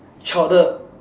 chowder